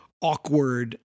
awkward